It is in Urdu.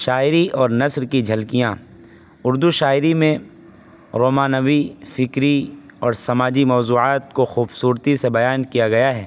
شاعری اور نثر کی جھلکیاں اردو شاعری میں رومانوی فکری اور سماجی موضوعات کو خوبصورتی سے بیان کیا گیا ہے